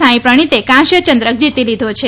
સાંઈ પ્રણિત કાંસ્ય ચંદ્રક જીતી લીધો છે